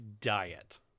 diet